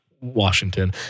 Washington